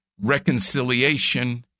reconciliation